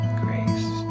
grace